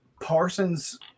Parsons